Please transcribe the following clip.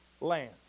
land